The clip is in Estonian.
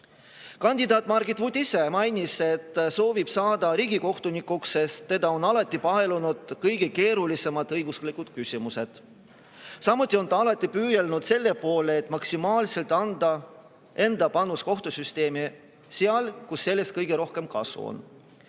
Margit Vutt ise mainis, et soovib saada riigikohtunikuks, sest teda on alati paelunud kõige keerulisemad õiguslikud küsimused. Samuti on ta alati püüelnud selle poole, et maksimaalselt anda enda panus kohtusüsteemi seal, kus sellest kõige rohkem kasu on.